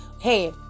Hey